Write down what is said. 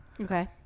Okay